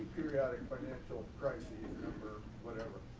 periodic financial crisis number whatever,